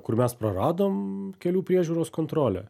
kur mes praradom kelių priežiūros kontrolę